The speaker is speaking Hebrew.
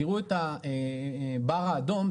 תראו את הבר האדום.